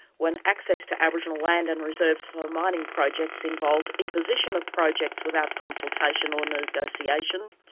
when access to aboriginal land and reserves for mining projects involved imposition of projects without consultation or negotiation,